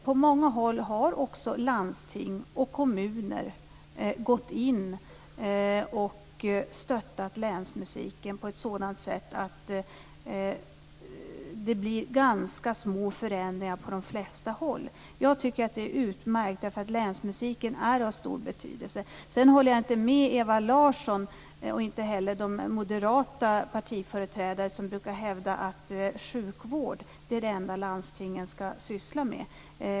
På många håll har även landsting och kommuner gått in och stöttat länsmusiken på ett sådant sätt att förändringarna blir ganska små på de flesta håll. Det är utmärkt därför att länsmusiken är av stor betydelse. Sedan håller jag inte med Ewa Larsson och inte heller de moderata partiföreträdarna som brukar hävda att det enda som landstingen skall syssla med är sjukvård.